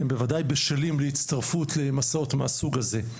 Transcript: הם בוודאי בשלים להצטרפות למסעות מהסוג הזה.